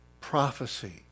prophecy